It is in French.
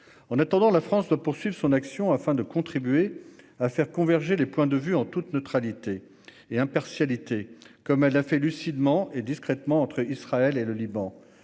En attendant, la France doit poursuivre son action afin de faire converger les points de vue, en toute neutralité et impartialité, comme elle l'a fait lucidement et discrètement entre Israël et le Liban-